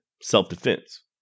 self-defense